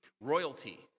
royalty